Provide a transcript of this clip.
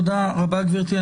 תודה רבה, גברתי.